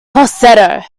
falsetto